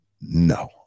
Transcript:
no